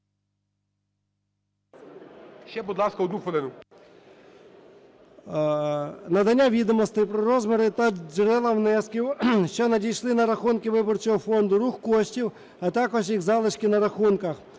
…надання відомостей про розміри та джерела внесків, що надійшли на рахунки виборчого фонду, рух коштів, а також їх залишки на рахунках;